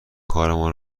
کارمان